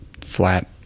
flat